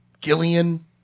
Gillian